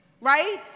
Right